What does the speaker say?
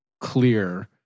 clear